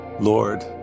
Lord